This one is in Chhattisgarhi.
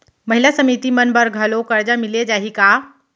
महिला समिति मन बर घलो करजा मिले जाही का?